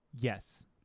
Yes